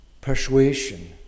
persuasion